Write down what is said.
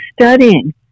studying